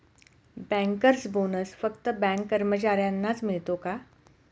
Bankers bonus फक्त bank कर्मचाऱ्यांनाच मिळतो का?